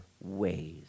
ways